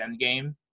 Endgame